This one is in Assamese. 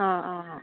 অঁ অঁ